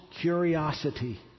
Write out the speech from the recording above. curiosity